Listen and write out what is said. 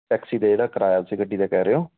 taxi ਦਾ ਜਿਹੜਾ ਕਿਰਾਇਆ ਤੁਸੀਂ ਗੱਡੀ ਦਾ ਕਹਿ ਰਹੇ ਹੋ